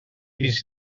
fins